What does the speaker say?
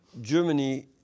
Germany